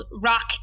rock